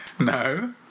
no